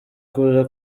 kuza